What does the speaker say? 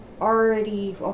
already